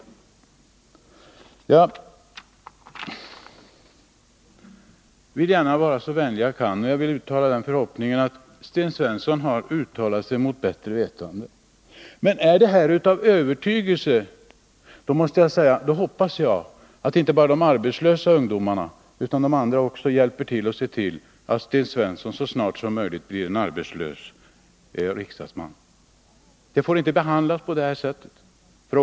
Jag vill gärna vara så vänlig jag kan, och jag vill uttala den förhoppningen att Sten Svensson har talat mot bättre vetande. Men är det av övertygelse, hoppas jag att inte bara de arbetslösa ungdomarna utan också de andra hjälper till att se till att Sten Svensson så snart som möjligt blir en arbetslös riksdagsman. Frågan får inte behandlas på detta sätt.